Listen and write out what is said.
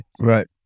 Right